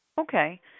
Okay